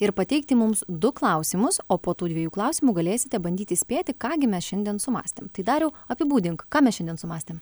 ir pateikti mums du klausimus o po tų dviejų klausimų galėsite bandyti spėti ką gi mes šiandien sumąstėm tai dariau apibūdink ką mes šiandien sumąstėm